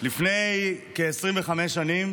לפני כ-25 שנים